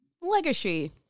Legacy